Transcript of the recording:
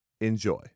Enjoy